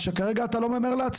שבדרך פלא כל מה שדגמנו אין בהם סעיף